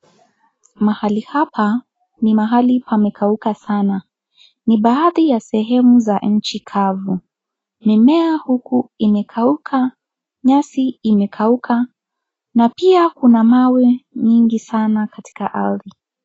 Mahali hapa, ni mahali pamekauka sana. Ni baadhi ya sehemu za nchi kavu. Mimea huku, imekauka, nyasi imekauka na pia kuna mawe mingi sana katika ardhi.